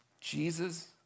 Jesus